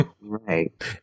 right